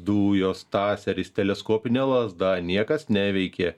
dujos taseris teleskopinė lazda niekas neveikė